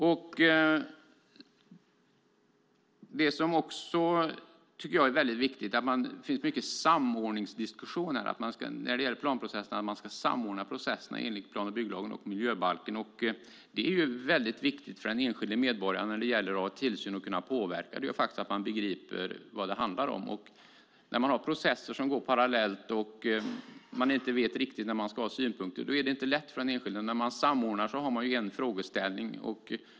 Jag tycker också att det är väldigt viktigt är att det finns samordningsdiskussioner, att man ska samordna processerna enligt plan och bygglagen och miljöbalken. När det gäller att ha insyn och kunna påverka är det väldigt viktigt för den enskilde medborgaren att man begriper vad det handlar om. När man har processer som går parallellt och man inte riktigt vet när man ska ha synpunkter är det inte lätt för den enskilde, men när man samordnar finns det en frågeställning.